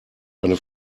eine